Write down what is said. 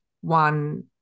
one